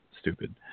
stupid